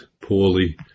poorly